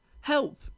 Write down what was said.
Help